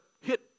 hit